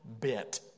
bit